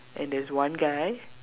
and there's one guy